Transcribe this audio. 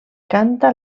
canta